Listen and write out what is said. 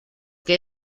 que